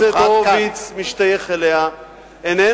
והסיעה שחבר הכנסת הורוביץ משתייך אליה איננה